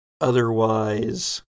otherwise